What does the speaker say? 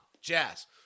Jazz